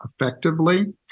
effectively